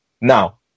Now